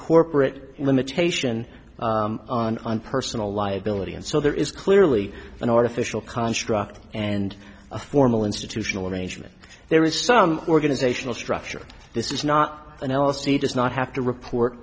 corporate limitation on personal liability and so there is clearly an artificial construct and a formal institutional arrangement there is some organizational structure this is not an l l c does not have to report